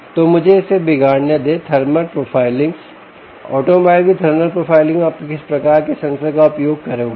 तो मुझे इसे बिगाड़ने दे थर्मल प्रोफाइलिंगइसऑटोमोबाइल की थर्मल प्रोफाइलिंग आप किस प्रकार के सेंसर का उपयोग करेंगे